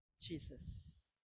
Jesus